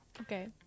okay